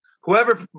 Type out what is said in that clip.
Whoever